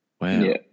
Wow